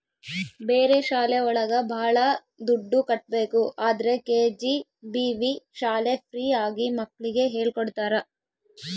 ಬೇರೆ ಶಾಲೆ ಒಳಗ ಭಾಳ ದುಡ್ಡು ಕಟ್ಬೇಕು ಆದ್ರೆ ಕೆ.ಜಿ.ಬಿ.ವಿ ಶಾಲೆ ಫ್ರೀ ಆಗಿ ಮಕ್ಳಿಗೆ ಹೇಳ್ಕೊಡ್ತರ